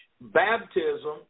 Baptism